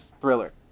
thriller